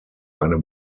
eine